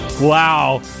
Wow